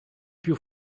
più